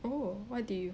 oh what did you